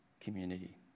community